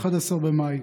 11 במאי,